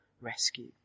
rescue